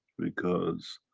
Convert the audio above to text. because,